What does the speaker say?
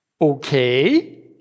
Okay